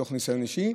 מתוך ניסיון אישי.